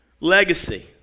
Legacy